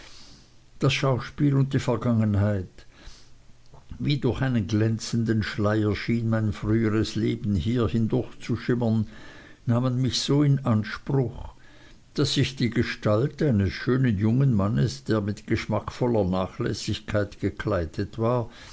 das schauspiel und die vergangenheit wie durch einen glänzenden schleier schien mein früheres leben mir hindurchzuschimmern nahmen mich so in anspruch daß ich die gestalt eines schönen jungen mannes der mit geschmackvoller nachlässigkeit gekleidet war